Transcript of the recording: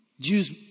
Jews